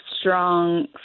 strong